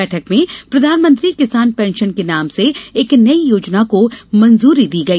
बैठक में प्रधानमंत्री किसान पेंशन के नाम से एक नई योजना को मंजूरी दी गई